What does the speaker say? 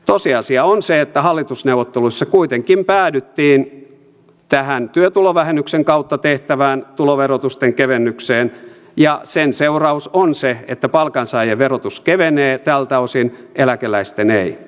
tosiasia on se että hallitusneuvotteluissa kuitenkin päädyttiin tähän työtulovähennyksen kautta tehtävään tuloverotusten kevennykseen ja sen seuraus on se että palkansaajien verotus kevenee tältä osin eläkeläisten ei